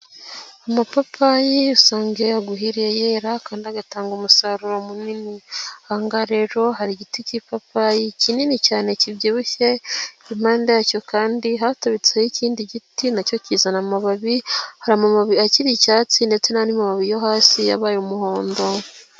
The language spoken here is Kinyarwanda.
Amapapayi usanga iyo yaguhiriye yera kandi agatanga umusaruro munini, ahangaha rero hari igiti cy'ipapayi kinini cyane kibyibushye, impande yacyo kandi haturitseho ikindi giti nacyo kizana amababi hari amababi akiri icyatsi ndetse n'andi mababubi yo hasi yabaye umuhondo.